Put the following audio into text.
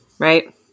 Right